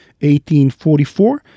1844